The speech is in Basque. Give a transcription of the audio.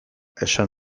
esan